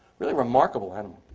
really remarkable animal.